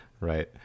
Right